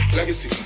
Legacy